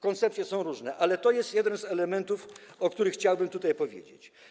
Koncepcje są różne, ale to jest jeden z elementów, o którym chciałbym tutaj powiedzieć.